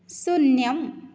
शून्यम्